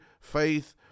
faith